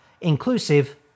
inclusive